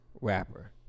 rapper